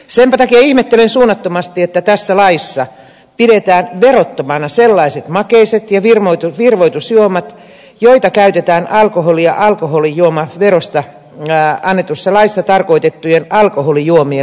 senpä takia ihmettelen suunnattomasti että tässä laissa pidetään verottomana sellaiset makeiset ja virvoitusjuomat joita käytetään alkoholi ja alkoholijuomaverosta annetussa laissa tarkoitettujen alkoholijuomien valmistamiseen